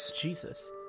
Jesus